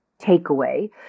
takeaway